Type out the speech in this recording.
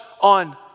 on